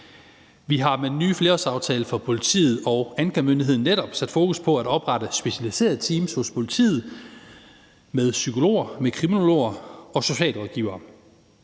Vi har med den nye flerårsaftale for politiet og anklagemyndigheden netop sat fokus på at oprette specialiserede teams hos politiet med psykologer, kriminologer og socialrådgivere